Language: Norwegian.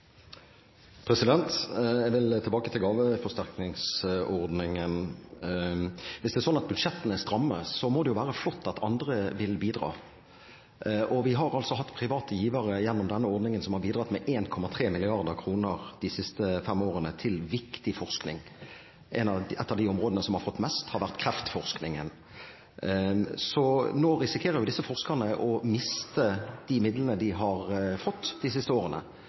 at budsjettene er stramme, må det være flott at andre vil bidra. Vi har altså hatt private givere gjennom denne ordningen som har bidratt med 1,3 mrd. kr de siste fem årene til viktig forskning. Et av de områdene som har fått mest, har vært kreftforskningen. Nå risikerer disse forskerne å miste de midlene de har fått de siste årene.